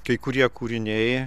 kai kurie kūriniai